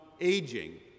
aging